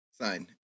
sign